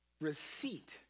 receipt